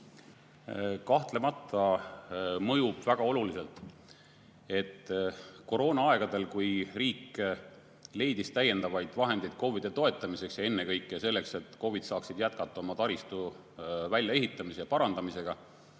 Kahtlemata mõjub väga oluliselt. Koroonaaegadel, kui riik leidis täiendavaid vahendeid KOV‑ide toetamiseks ja ennekõike selleks, et KOV‑id saaksid jätkata oma taristu väljaehitamise ja parandamisega,